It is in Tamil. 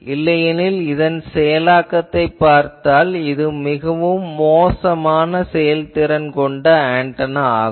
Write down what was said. இல்லையெனில் இதன் செயலாக்கத்தைப் பார்த்தால் இது மிகவும் மோசமான செயல்திறன் கொண்ட ஆன்டெனா ஆகும்